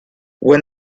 when